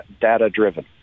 data-driven